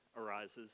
arises